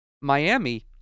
Miami